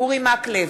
אורי מקלב,